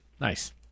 Nice